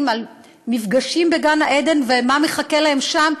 של מפגשים בגן-עדן ומה מחכה להם שם,